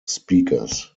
speakers